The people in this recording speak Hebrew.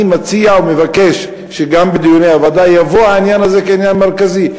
אני מציע ומבקש שגם בדיוני הוועדה יבוא העניין הזה כעניין מרכזי,